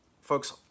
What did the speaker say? folks